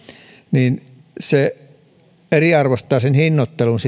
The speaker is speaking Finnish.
niin se eriarvoistaa sen hinnoittelun